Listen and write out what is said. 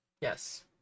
Yes